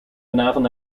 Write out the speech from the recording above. vanavond